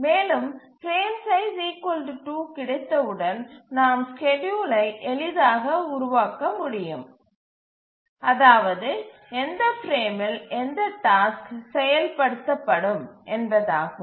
மேலும் frame size 2 கிடைத்தவுடன் நாம் ஸ்கேட்யூலை எளிதாக உருவாக்க முடியும் அதாவது எந்த பிரேமில் எந்த டாஸ்க் செயல்படுத்தப்படும் என்பதாகும்